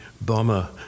bomber